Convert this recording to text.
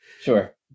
Sure